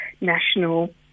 National